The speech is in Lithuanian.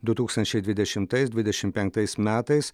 du tūkstančiai dvidešimtais dvidešimt penktais metais